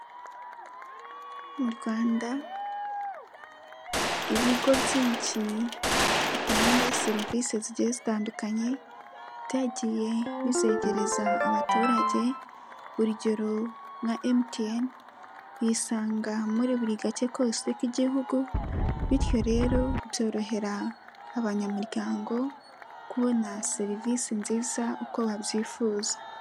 Mu Rwanda ibigo byinshi bitanga serivisi zigiye zitandukanye byagiye bizegereza abaturage urugero nka MTN, uyisanga muri buri gace kose k'Igihugu bityo rero byorohera abanyamuryango kubona serivisi nziza uko babyifuza.